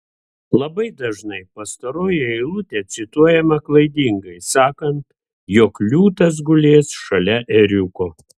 labai dažnai pastaroji eilutė cituojama klaidingai sakant jog liūtas gulės šalia ėriuko